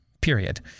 Period